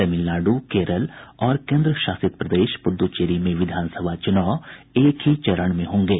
तमिलनाडु केरल और केंद्रशासित प्रदेश पूद्दचेरी में विधानसभा चुनाव एक ही चरण में होंगे